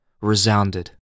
resounded